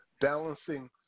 balancing